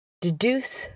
deduce